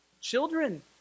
Children